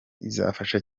izafasha